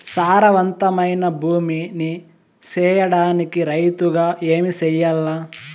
సారవంతమైన భూమి నీ సేయడానికి రైతుగా ఏమి చెయల్ల?